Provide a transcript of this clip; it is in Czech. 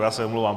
Já se omlouvám.